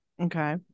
Okay